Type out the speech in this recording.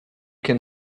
can